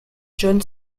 john